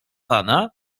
pana